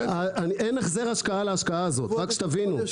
אין החזר השקעה על ההשקעה הזאת, רק תבינו.